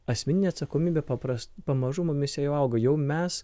asmeninė atsakomybė papras pamažu mumyse jau auga jau mes